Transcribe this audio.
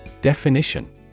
Definition